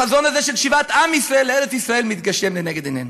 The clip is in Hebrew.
החזון הזה של שיבת עם ישראל לארץ-ישראל מתגשם לנגד עינינו.